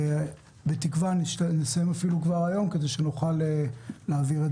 ובתקווה שנסיים כבר היום ונוכל להעביר את